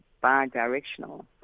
bi-directional